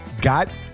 got